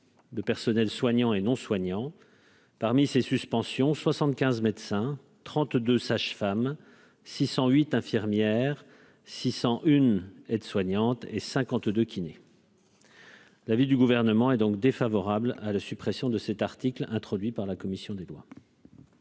de personnels soignants et non soignants parmi ces suspensions 75 médecins 32 sage-femme 608 infirmière 600 une aide-soignante et 52 kiné. La ville du gouvernement est donc défavorable à la suppression de cet article, introduit par la commission des lois.